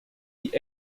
die